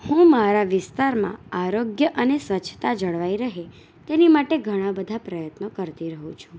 હું મારા વિસ્તારમાં આરોગ્ય અને સ્વચ્છતા જળવાઈ રહે તેની માટે ઘણા બધા પ્રયત્નો કરતી રહું છું